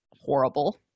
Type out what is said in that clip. horrible